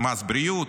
מס בריאות,